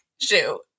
shoot